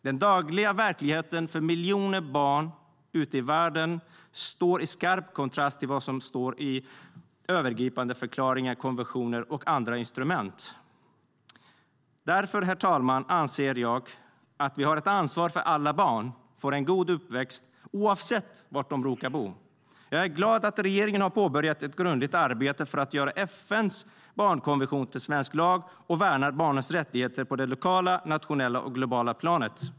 Den dagliga verkligheten för miljoner barn i världen står i skarp kontrast till vad som anges i övergripande förklaringar, konventioner och andra instrument. Därför, herr talman, anser jag att vi har ett ansvar för att alla barn får en god uppväxt oavsett var de råkar bo. Jag är glad att regeringen har påbörjat ett grundligt arbete för att göra FN:s barnkonvention till svensk lag och för att värna barnens rättigheter på det lokala, nationella och globala planet.